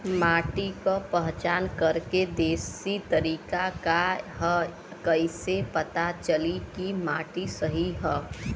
माटी क पहचान करके देशी तरीका का ह कईसे पता चली कि माटी सही ह?